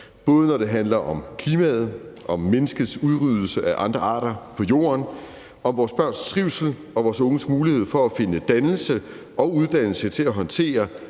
både når det handler om klimaet, menneskets udryddelse af andre arter på jorden, vores børns trivsel og vores unges mulighed for at finde dannelse og uddannelse til at håndtere